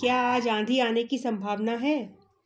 क्या आज आंधी आने की संभावना है